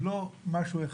הם לא משהו אחד.